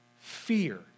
fear